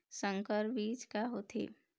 संकर बीज का होथे?